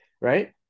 right